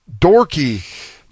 dorky